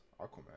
Aquaman